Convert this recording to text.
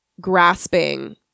grasping